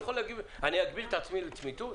אני אגביל את עצמי לצמיתות?